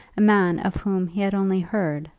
a man of whom he had only heard,